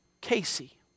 Casey